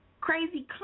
crazy